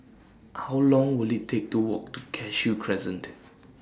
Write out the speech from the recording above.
How Long Will IT Take to Walk to Cashew Crescent